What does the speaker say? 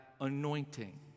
anointing